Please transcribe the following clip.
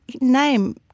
name